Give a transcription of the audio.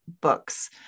books